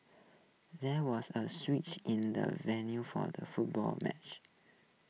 there was A switch in the venue for the football match